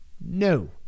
No